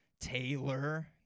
Taylor